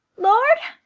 lord!